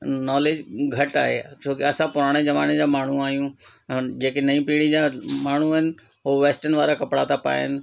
knowledge घटि आहे छोकी असां पुराणे ज़माने जा माण्हू आहियूं जेके नईं पीढ़ी जा माण्हू आहिनि हो वेस्टन वारा कपिड़ा था पाइनि